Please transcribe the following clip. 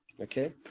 Okay